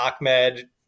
Ahmed